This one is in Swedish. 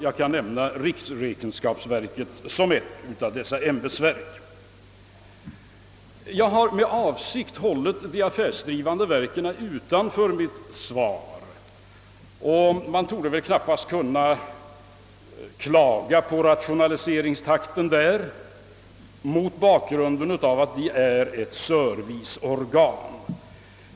Jag kan där nämna riksrevisionsverket som ett exempel, Jag har med avsikt hållit de affärsdrivande verken utanför i mitt svar. Man torde knappast kunna klaga på rationaliseringstakten där, om man betänker att de är serviceorgan.